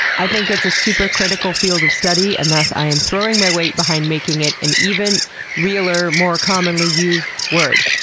i think it's a super-critical field of study, and thus i am throwing my weight behind making it an even realer, more commonly used word.